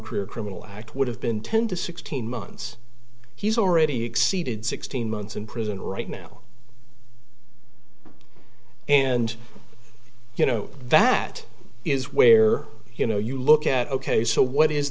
career criminal act would have been ten to sixteen months he's already exceeded sixteen months in prison right now and you know that is where you know you look at ok so what is